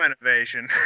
innovation